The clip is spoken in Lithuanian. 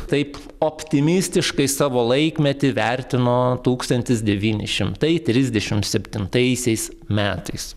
taip optimistiškai savo laikmetį vertino tūkstantis devyni šimtai trisdešim septintaisiais metais